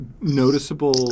noticeable